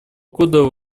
года